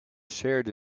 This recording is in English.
shared